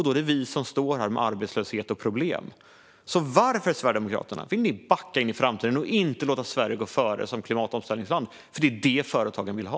Då är det vi som står här med arbetslöshet och problem. Varför vill Sverigedemokraterna backa in i framtiden och inte låta Sverige gå före som klimatomställningsland? Det är det företagen vill ha.